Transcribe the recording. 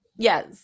Yes